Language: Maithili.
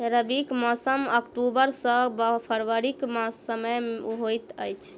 रबीक मौसम अक्टूबर सँ फरबरी क समय होइत अछि